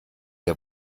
der